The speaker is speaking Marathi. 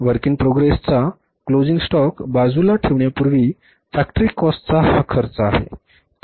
Work in progress चा क्लोजिंग स्टॉक बाजूला ठेवण्यापूर्वी फॅक्टरी कॉस्टचा हा खर्च आहे